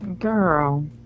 Girl